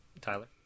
Tyler